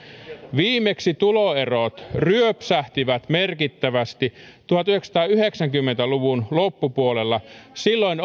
viimeksi tuloerot ryöpsähtivät merkittävästi tuhatyhdeksänsataayhdeksänkymmentä luvun loppupuolella silloin